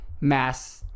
mass